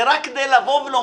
זה רק כדי לומר,